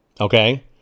okay